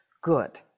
Good